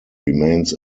remains